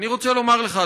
אני רוצה לומר לך,